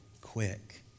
quick